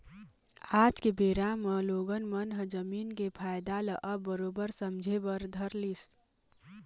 आज के बेरा म लोगन मन ह जमीन के फायदा ल अब बरोबर समझे बर धर लिस